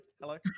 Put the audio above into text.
hello